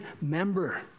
member